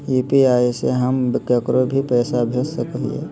UPI से हम केकरो भी पैसा भेज सको हियै?